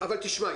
אבל תשמע,